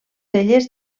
elles